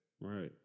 Right